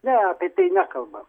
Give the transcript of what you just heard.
ne apie tai nekalba